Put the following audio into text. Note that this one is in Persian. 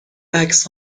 عکس